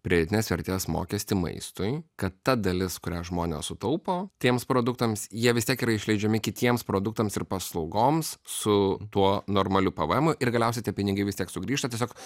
pridėtinės vertės mokestį maistui kad ta dalis kurią žmonės sutaupo tiems produktams jie vis tiek yra išleidžiami kitiems produktams ir paslaugoms su tuo normaliu pvm ir galiausiai tie pinigai vis tiek sugrįžta tiesiog